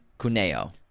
Cuneo